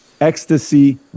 ecstasy